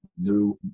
new